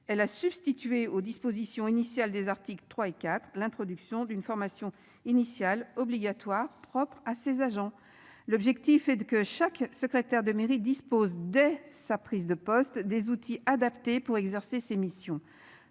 L à substituer aux dispositions initiales des articles 3 et 4, l'introduction d'une formation initiale obligatoire propre à ses agents. L'objectif est de que chaque secrétaire de mairie dispose dès sa prise de poste, des outils adaptés pour exercer ses missions.